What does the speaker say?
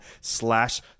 slash